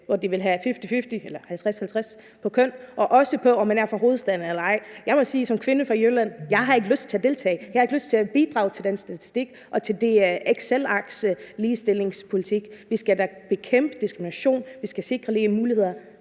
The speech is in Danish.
eller en 50-50-fordeling på køn og også på, om man er fra hovedstaden eller ej. Jeg må som kvinde fra Jylland sige, at jeg ikke har lyst til at deltage. Jeg har ikke lyst til at bidrage til den statistik og til det excelark med ligestillingspolitik. Vi skal da bekæmpe diskrimination, og vi skal sikre lige muligheder,